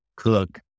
cook